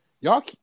y'all